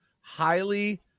highly